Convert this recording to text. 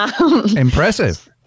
Impressive